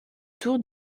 tour